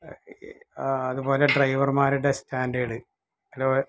ആ അതുപോലെ ഡ്രൈവര്മാരുടെ സ്റ്റാന്ഡേഡ്